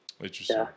interesting